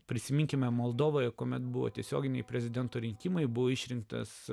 prisiminkime moldovoje kuomet buvo tiesioginiai prezidento rinkimai buvo išrinktas